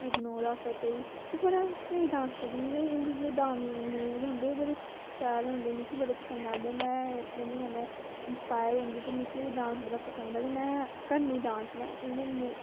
Nora Fatehi एह् बड़ा स्हेई डांस करदे न इंदे जेह्ड़े डांस मूव होंदे न ओह् बड़े शैल होंदे न मिगी बड़े पसन्द औंदे में इंदे कन्नै बड़ी इंसपायर होन्नीं मिगी बी डांस बड़ा पसन्द ऐ ते में करनी डांस